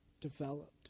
Developed